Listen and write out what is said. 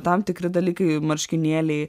tam tikri dalykai marškinėliai